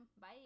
Bye